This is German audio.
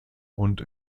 und